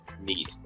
neat